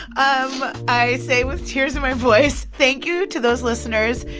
um i say with tears in my voice thank you to those listeners,